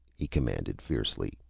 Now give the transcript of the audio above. he commanded fiercely.